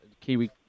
Kiwi